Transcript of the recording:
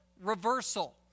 reversal